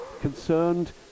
concerned